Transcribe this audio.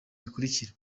bikurikira